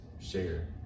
share